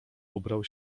ubrał